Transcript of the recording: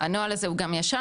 הנוהל הזה הוא גם ישן,